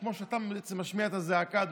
כמו שאתה בעצם משמיע את הזעקה,